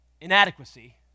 inadequacy